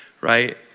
right